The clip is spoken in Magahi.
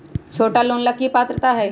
छोटा लोन ला की पात्रता है?